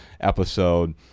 episode